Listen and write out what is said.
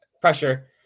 pressure